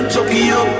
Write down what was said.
Tokyo